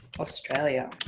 australia.